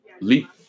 leap